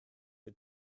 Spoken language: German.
für